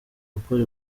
gukora